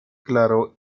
claro